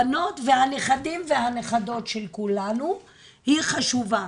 הבנות, הנכדים, והנכדות של כולנו היא חשובה.